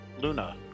Luna